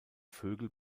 vögel